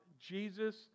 Jesus